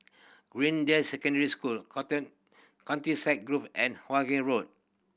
Greendale Secondary School Countryside Grove and Hawkinge Road